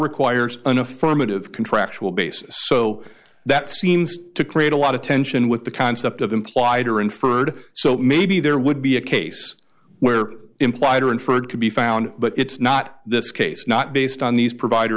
requires an affirmative contractual basis so that seems to create a lot of tension with the concept of implied or inferred so maybe there would be a case where implied or inferred could be found but it's not this case not based on these provider